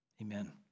Amen